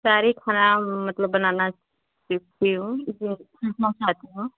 सारे खाना मतलब बनाना सीखती हूँ